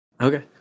Okay